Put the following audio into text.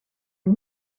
are